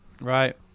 Right